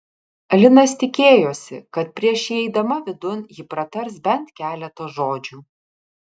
linas tikėjosi kad prieš įeidama vidun ji pratars bent keletą žodžių